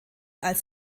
als